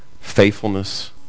faithfulness